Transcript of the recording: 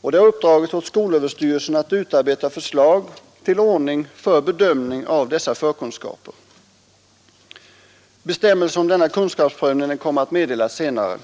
Det har uppdragits åt skolöverstyrelsen att utarbeta förslag till ordning för bedömning av dessa förkunskaper. Bestämmelser om denna kunskapsprövning kommer att meddelas senare.